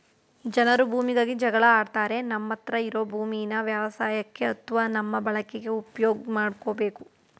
ಜನರು ಭೂಮಿಗಾಗಿ ಜಗಳ ಆಡ್ತಾರೆ ನಮ್ಮತ್ರ ಇರೋ ಭೂಮೀನ ವ್ಯವಸಾಯಕ್ಕೆ ಅತ್ವ ನಮ್ಮ ಬಳಕೆಗೆ ಉಪ್ಯೋಗ್ ಮಾಡ್ಕೋಬೇಕು